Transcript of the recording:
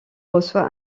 reçoit